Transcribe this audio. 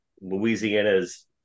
Louisiana's